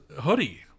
hoodie